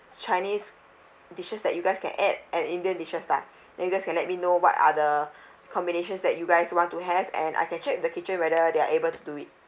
chinese dishes that you guys can add and indian dishes lah then you guys can let me know what are the combinations that you guys want to have and I can check with the kitchen whether they're able to it